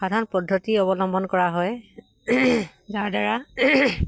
সাধাৰণ পদ্ধতি অৱলম্বন কৰা হয় যাৰ দ্বাৰা